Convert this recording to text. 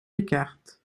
descartes